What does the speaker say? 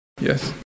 Yes